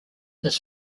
his